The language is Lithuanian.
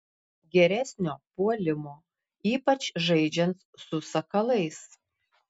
geresnio puolimo ypač žaidžiant su sakalais